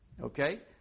Okay